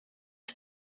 can